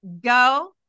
go